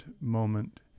moment